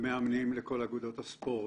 ומאמנים לכל אגודות הספורט.